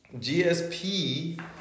GSP